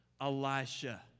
Elisha